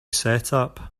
setup